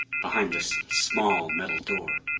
behind this small metal door.